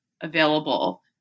available